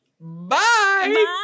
Bye